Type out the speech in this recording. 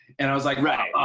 and i was like. right.